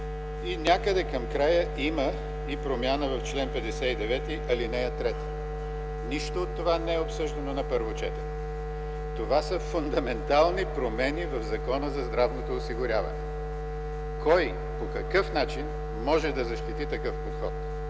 и някъде към края има и промяна в чл. 59, ал. 3. Нищо от това не е обсъждано на първо четене. Това са фундаментални промени в Закона за здравното осигуряване. Кой, по какъв начин може да защити такъв подход?